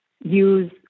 use